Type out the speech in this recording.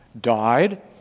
died